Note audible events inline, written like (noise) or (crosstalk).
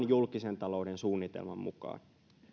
(unintelligible) julkisen talouden suunnitelman mukaan